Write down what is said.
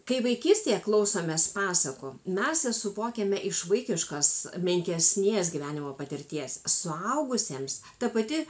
kai vaikystėje klausomės pasakų mes suvokiame iš vaikiškos menkesnės gyvenimo patirties suaugusiems ta pati